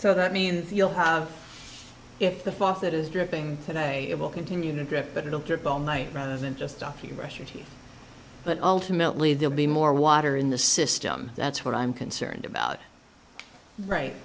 so that means you'll have if the faucet is dripping today it will continue to drip but it'll drop all night rather than just off you brush your teeth but ultimately they'll be more water in the system that's what i'm concerned about right